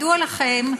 כידוע לכם,